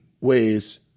ways